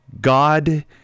God